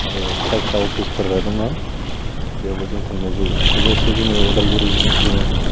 आरो फिसा फिसा अफिसफोरा दङ बेयावबो जों थांनाय जायो लोगोसे जोंनि उदालगुरिजों जोङो